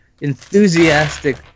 enthusiastic